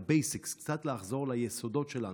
קצת לחזור ליסודות שלנו,